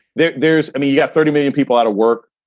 there's there's i mean, you got thirty million people out of work.